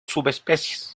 subespecies